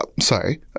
sorry